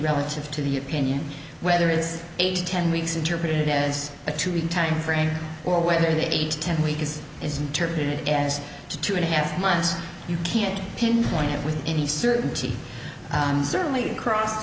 relative to the opinion whether it's eight ten weeks interpreted as a two week time frame or whether the eight ten weeks is interpreted as two and a half months you can't pinpoint it with any certainty and certainly crossed